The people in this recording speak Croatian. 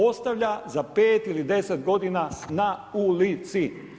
Ostavlja za 5 ili 10 godina na ulici.